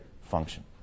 function